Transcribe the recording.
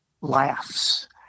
laughs